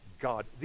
God